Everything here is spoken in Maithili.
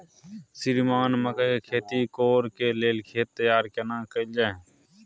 श्रीमान मकई के खेती कॉर के लेल खेत तैयार केना कैल जाए?